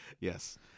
Yes